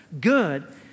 good